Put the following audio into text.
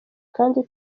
kdi